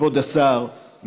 כבוד השר,